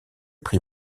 prix